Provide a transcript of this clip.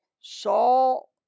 Saul